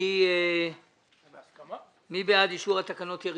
מי בעד אישור תקנות הדרכונים (תיקון מס' ),